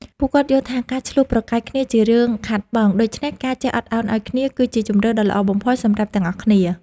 ពួកគាត់យល់ថាការឈ្លោះប្រកែកគ្នាជារឿងខាតបង់ ដូច្នេះការចេះអត់ឱនឱ្យគ្នា គឺជាជម្រើសដ៏ល្អបំផុតសម្រាប់ទាំងអស់គ្នា។